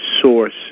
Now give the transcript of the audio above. source